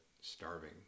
starving